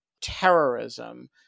terrorism